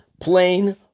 plain